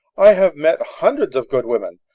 i have met hundreds of good women.